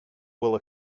will